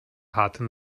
harte